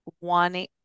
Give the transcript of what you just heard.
wanting